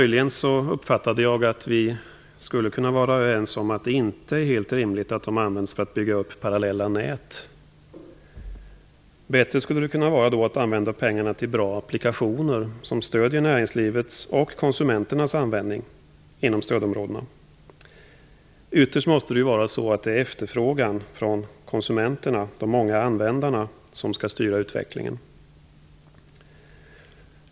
Jag uppfattade möjligen att vi skulle kunna vara överens om att det inte är rimligt att de används för att bygga upp parallella nät. Då skulle det vara bättre att använda pengarna till bra applikationer som stöder näringslivets och konsumenternas användning inom stödområdena. Ytterst måste det vara efterfrågan från konsumenterna, de många användarna, som skall styra utvecklingen.